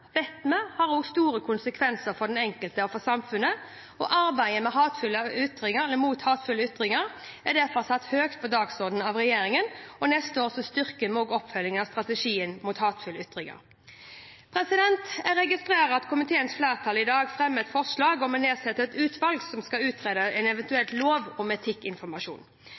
vet vi har store konsekvenser for den enkelte og for samfunnet. Arbeidet mot hatefulle ytringer er derfor satt høyt på dagsordenen av regjeringen, og neste år styrker vi oppfølgingen av strategien mot hatefulle ytringer. Jeg registrerer at komiteens flertall i dag fremmer et forslag om å nedsette et utvalg som skal utrede en eventuell lov